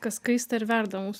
kas kaista ir verda mūsų